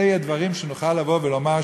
אלה דברים שנוכל לבוא ולומר,